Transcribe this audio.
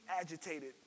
agitated